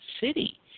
city